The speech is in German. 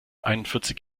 einundvierzig